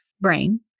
brain